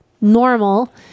normal